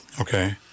Okay